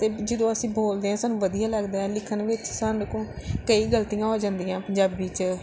ਅਤੇ ਜਦੋਂ ਅਸੀਂ ਬੋਲਦੇ ਹਾਂ ਸਾਨੂੰ ਵਧੀਆ ਲੱਗਦਾ ਲਿਖਣ ਵਿੱਚ ਸਾਡੇ ਕੋਲ ਕਈ ਗਲਤੀਆਂ ਹੋ ਜਾਂਦੀਆਂ ਪੰਜਾਬੀ 'ਚ